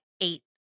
eight